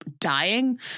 dying